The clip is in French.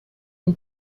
une